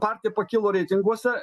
partija pakilo reitinguose